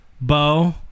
Bo